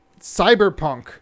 Cyberpunk